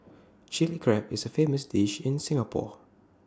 Chilli Crab is A famous dish in Singapore